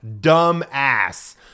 dumbass